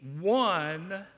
one